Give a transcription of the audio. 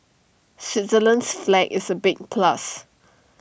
Switzerland's flag is A big plus